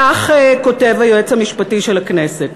כך כותב היועץ המשפטי של הכנסת: